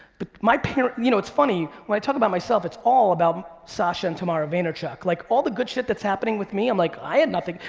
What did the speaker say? but my parents, you know it's funny, when i talk about myself, it's all about sasha and tamara vaynerchuk. like all the good shit's that's happening with me, i'm like i had nothing,